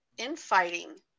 infighting